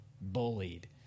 bullied